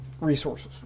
resources